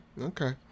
Okay